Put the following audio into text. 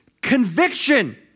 conviction